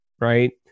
right